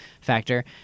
factor